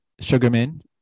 Sugarman